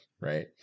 right